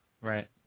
Right